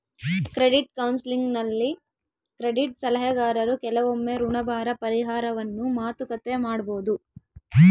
credit ಕೌನ್ಸೆಲಿಂಗ್ನಲ್ಲಿ credit ಸಲಹೆಗಾರರು ಕೆಲವೊಮ್ಮೆ ಋಣಭಾರ ಪರಿಹಾರವನ್ನು ಮಾತುಕತೆ ಮಾಡಬೊದು